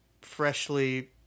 Freshly